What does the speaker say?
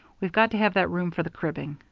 we've got to have that room for the cribbing.